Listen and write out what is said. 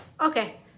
Okay